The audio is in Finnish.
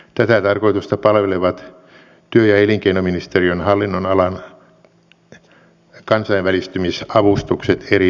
edustaja heinonen taisi kysyä näistä vaikeasti korvattavista